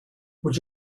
would